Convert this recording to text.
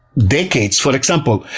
decades, for example,